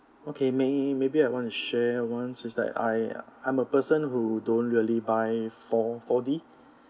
okay may maybe I want to share once is like I I'm a person who don't really buy four four d